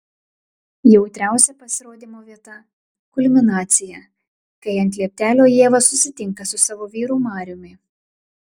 jautriausia pasirodymo vieta kulminacija kai ant lieptelio ieva susitinka su savo vyru mariumi